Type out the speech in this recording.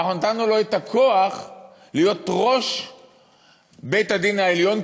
אבל אנחנו נתנו לו את הכוח להיות ראש בית-הדין העליון,